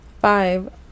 five